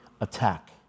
attack